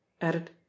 added